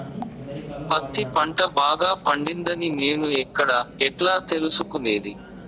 పత్తి పంట బాగా పండిందని నేను ఎక్కడ, ఎట్లా తెలుసుకునేది?